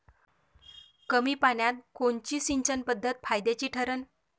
कमी पान्यात कोनची सिंचन पद्धत फायद्याची ठरन?